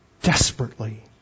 Desperately